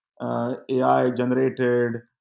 AI-generated